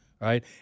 right